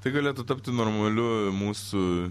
tai galėtų tapti normaliu mūsų